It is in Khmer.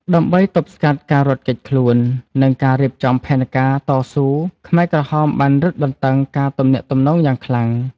ដើម្បីទប់ស្កាត់ការរត់គេចខ្លួន និងការរៀបចំផែនការតស៊ូ ខ្មែរក្រហមបានរឹតបន្តឹងការទំនាក់ទំនងយ៉ាងខ្លាំង។